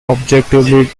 objectively